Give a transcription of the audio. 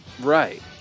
right